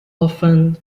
often